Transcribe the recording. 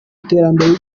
iterambere